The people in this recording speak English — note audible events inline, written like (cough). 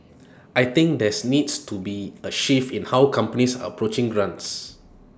(noise) I think there's needs to be A shift in how companies are approaching grants